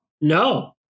no